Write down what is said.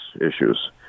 issues